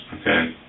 okay